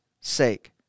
sake